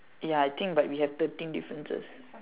ya I think but we have thirteen differences